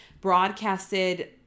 broadcasted